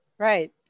Right